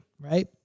Right